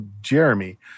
Jeremy